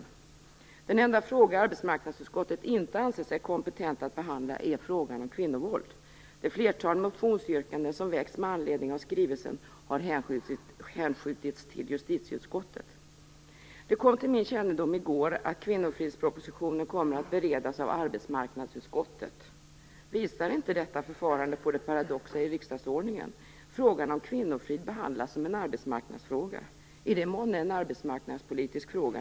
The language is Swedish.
Den enda fråga som arbetsmarknadsutskottet inte ansett sig kompetent att behandla är frågan om kvinnovåld. Det flertal motionsyrkanden som väckts med anledning av skrivelsen har hänskjutits till justitieutskottet. Det kom till min kännedom i går att kvinnofridspropositionen kommer att beredas av arbetsmarknadsutskottet. Visar inte detta förfarande på det paradoxala i riksdagsordningen? Frågan om kvinnofrid behandlas som en arbetsmarknadsfråga! Är det månne en arbetsmarknadspolitisk fråga?